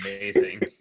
amazing